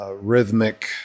rhythmic